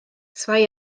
zwei